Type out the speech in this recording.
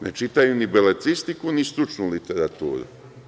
Ne čitaju ni beletristiku, ni stručnu literaturu.